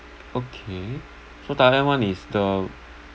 okay so thailand [one] is the